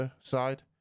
side